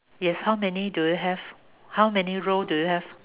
yes how many do you have how many row do you have